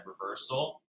reversal